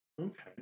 okay